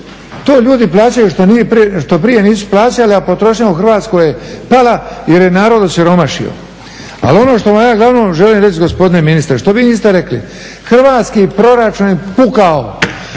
To ljudi plaćaju što prije nisu plaćali, a potrošnja u Hrvatskoj je pala jer je narod osiromašio. Ali ono što vam ja glavno želim reći gospodine ministre što vi niste rekli, hrvatski proračun je pukao.